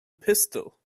pistol